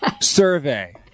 survey